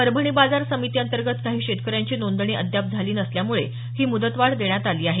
परभणी बाजार समिती अंतर्गत काही शेतकऱ्यांची नोंदणी अद्याप झाली नसल्यामुळे ही मुदतवाढ देण्यात आली आहे